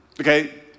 Okay